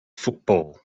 football